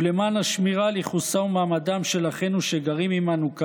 ולמען השמירה על ייחוסם ומעמדם של אחינו שגרים עימנו.